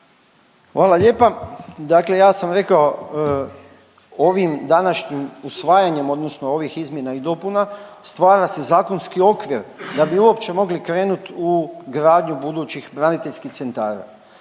Darko** Dakle ja sam rekao, ovim današnjim usvajanjem odnosno ovih izmjena i dopuna stvara se zakonski okvir da bi uopće mogli krenut u gradnju budućih braniteljskih centara.